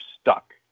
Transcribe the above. stuck